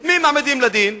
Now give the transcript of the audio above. את מי מעמידים לדין?